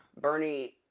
Bernie